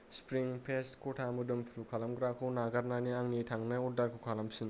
स्प्रिं fest खथा मोदोमफ्रु खालामग्राखौ नागारनानै आंनि थांनाय अर्डारखौ खालामफिन